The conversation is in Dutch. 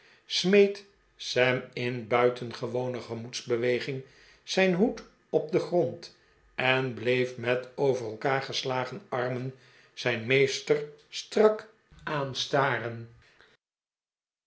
smeet sam in buitengewone gemoedsbeweging zijn hoed op den grond eh bleef met over elkaar geslagen armen zijn meester strak